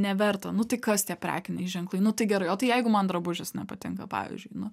neverta nu tai kas tie prekiniai ženklai nu tai gerai o tai jeigu man drabužis nepatinka pavyzdžiui nu